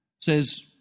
says